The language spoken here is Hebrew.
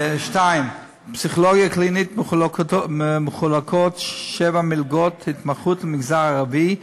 2. בפסיכולוגיה קלינית מחולקות שבע מלגות התמחות למגזר הערבי,